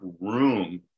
room